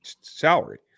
salary